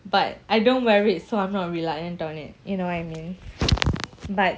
but I don't wear it so I'm not reliant on it you know what I mean but